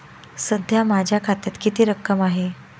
सध्या माझ्या खात्यात किती रक्कम आहे?